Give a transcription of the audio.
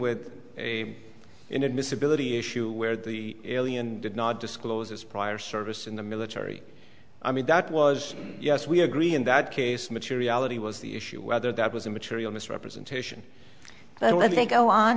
with a inadmissibility issue where the alien did not disclose his prior service in the military i mean that was yes we agree in that case materiality was the issue whether that was a material misrepresentation but let me go on